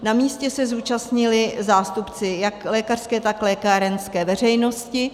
Na místě se zúčastnili zástupci jak lékařské, tak lékárenské veřejnosti.